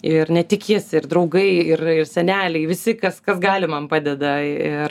ir ne tik jis ir draugai ir ir seneliai visi kas kas gali man padeda ir